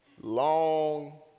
long